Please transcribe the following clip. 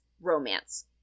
romance